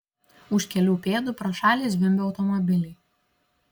už kelių pėdų pro šalį zvimbė automobiliai